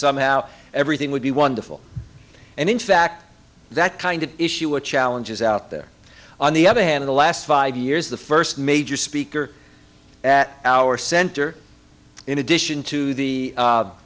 somehow everything would be wonderful and in fact that kind of issue a challenge is out there on the other hand the last five years the first major speaker at our center in addition to the